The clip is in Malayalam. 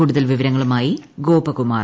കൂടുതൽ വിവരങ്ങളുമായി ഗോപകുമാർ